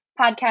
podcast